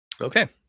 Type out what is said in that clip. Okay